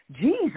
Jesus